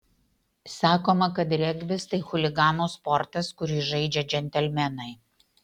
sakoma kad regbis tai chuliganų sportas kurį žaidžia džentelmenai